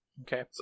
Okay